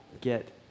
get